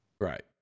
Right